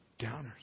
downers